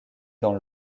dans